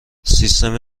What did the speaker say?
سیستم